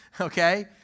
Okay